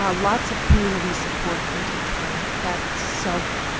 ah lots of community support in d twenty. that's so